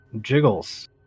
jiggles